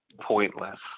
pointless